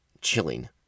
Chilling